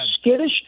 skittish